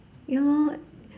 ya lor